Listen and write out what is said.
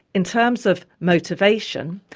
in terms of motivation,